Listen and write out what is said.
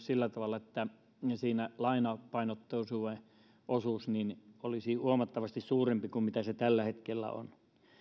sillä tavalla että siinä lainapainotteisuuden osuus olisi huomattavasti suurempi kuin mitä se tällä hetkellä on